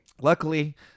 Luckily